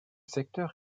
secteur